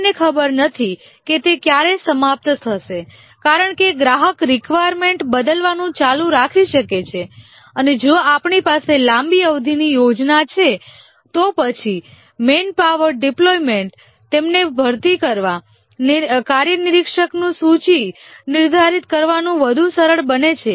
આપણને ખબર નથી કે તે ક્યારે સમાપ્ત થશે કારણ કે ગ્રાહક રિકવાયર્મેન્ટ બદલવાનું ચાલુ રાખી શકે છે અને જો આપણી પાસે લાંબી અવધિની યોજના છે તો પછી મેનપાવર ડિપ્લોયમેન્ટ તેમને ભરતી કરવા કાર્યનિરીક્ષકનું સૂચિ નિર્ધારિત કરવાનું વધુ સરળ બને છે